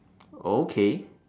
okay